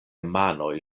manoj